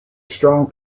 strong